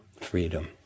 freedom